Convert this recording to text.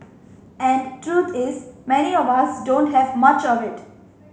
and truth is many of us don't have much of it